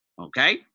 Okay